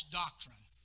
doctrine